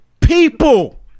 people